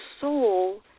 soul